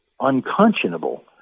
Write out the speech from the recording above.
unconscionable